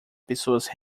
pessoas